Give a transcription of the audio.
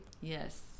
Yes